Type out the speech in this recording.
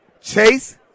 Chase